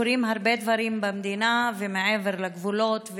קורים הרבה דברים במדינה ומעבר לגבולות,